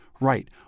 right